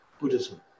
Buddhism